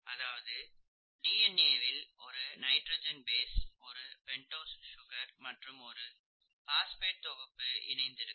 அதாவது D N A வில் ஒரு நைட்ரஜன் பேஸ் ஒரு பெண்டோஸ் சுகர் மற்றும் ஒரு பாஸ்பேட் தொகுப்பு இணைந்து இருக்கும்